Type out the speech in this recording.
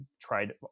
tried